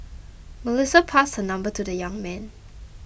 Melissa passed her number to the young man